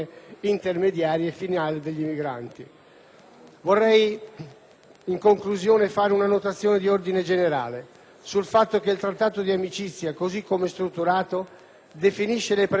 sul fatto che il Trattato di amicizia, così come strutturato, definisce le premesse per un punto di partenza delle principali problematiche su cui la collaborazione italo-libica si svilupperà,